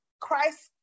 Christ